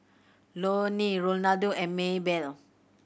Loni Ronaldo and Maebell